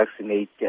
vaccinate